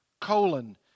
colon